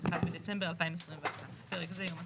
1 בדצמבר 2021. פרק זה יום התחילה.